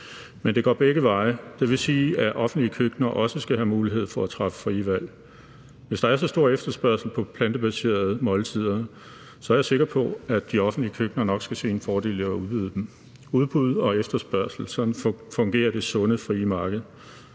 men det går begge veje. Det vil sige, at offentlige køkkener også skal have mulighed for at træffe frie valg. Hvis der er så stor efterspørgsel på plantebaserede måltider, er jeg sikker på, at de offentlige køkkener nok skal se en fordel i at udvide dem efter udbud og efterspørgsel. Sådan fungerer det sunde, frie marked.